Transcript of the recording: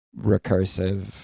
recursive